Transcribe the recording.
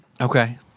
Okay